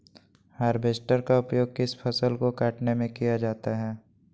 Harvester का उपयोग किस फसल को कटने में किया जाता है?